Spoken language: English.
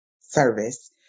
service